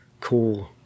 cool